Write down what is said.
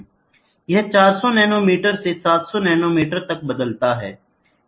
यह 400 नैनोमीटर से 700 नैनोमीटर तक बदलता है